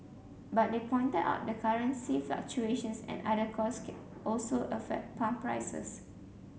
but they pointed out that currency fluctuations and other costs also affect pump prices